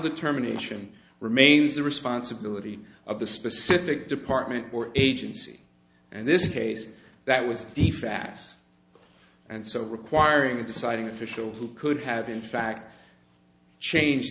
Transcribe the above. determination remains the responsibility of the specific department or agency and this case that was the facts and so requiring a deciding official who could have in fact changed